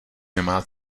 nemá